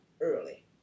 early